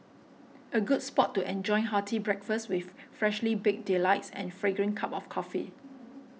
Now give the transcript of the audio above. a good spot to enjoying hearty breakfast with freshly baked delights and fragrant cup of coffee